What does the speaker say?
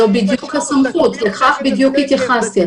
זו בדיוק הסמכות, לכך בדיוק התייחסתי.